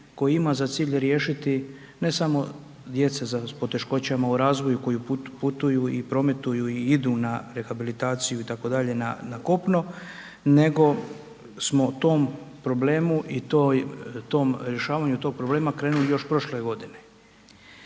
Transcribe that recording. koji ima za cilj riješiti ne samo djece s poteškoćama u razvoju koja putuju i prometuju i idu na rehabilitaciju itd. na kopno nego smo tom problemu i rješavanju tog problema krenuli još prošle godine.